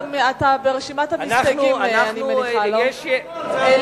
אני מניחה שאתה ברשימת המסתייגים.